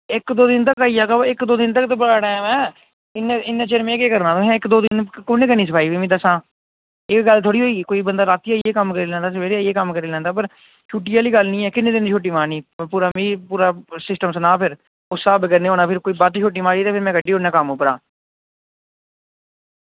इक दो दिन तक आई जाह्गा बो इक दो दिन तक ते बड़ा टैम ऐ इन्ने इन्ने चिर में केह् करना मह इक दो दिन कु'न्नै करनी सफाई मी दस्सां हां एह् गल्ल थोह्ड़ी होई कोई बंदा राती आइयै कम्म करी लैंदा सवेरे आइयै कम्म करी लैंदा पर छुट्टी आह्ली गल्ल नी ऐ किन्ने दिन दी छुट्टी मारनी पूरा मी पूरा सिस्टम सना फिर उस स्हाब कन्नै होना फिर कोई बद्ध छुट्टी मारी ते फिर मैं कड्डी ओड़ना कम्म उप्परा